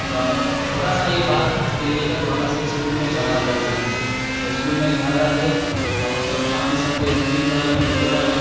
तऽ छोटासँ ही बातके लेकर हमरासँ ओ इसकुलमे झगड़ा करि लेलक तऽ इसकुलमे झगड़ा भेल तऽ हमरसब साथीसब जे दुइ तीन गो रहलै ओकरो रहलक